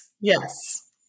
Yes